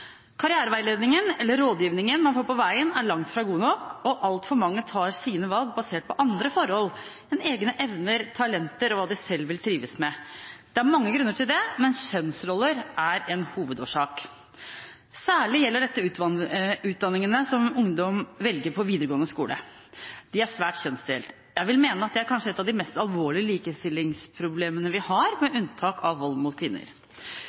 Karriereveiledningen, eller -rådgivningen, på veien er langt fra god nok, og altfor mange tar sine valg basert på andre forhold enn egne evner, talent og hva de selv vil trives med. Det er mange grunner til det, men kjønnsroller er en hovedårsak. Særlig gjelder dette utdanningene som ungdom velger på videregående skole. De er svært kjønnsdelt. Jeg mener at det kanskje er et av de mest alvorlige likestillingsproblemene vi har, med unntak av vold mot kvinner.